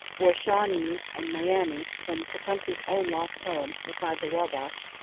were shawnees and miamis from tecumseh's own lost home beside the wabash,